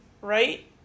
right